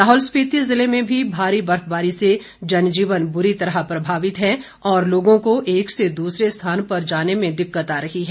लाहौल स्पिति ज़िले में भी भारी बर्फबारी से जनजीवन बुरी तरह प्रभावित है और लोगों को एक से दूसरे स्थान पर जाने में दिक्कत आ रही है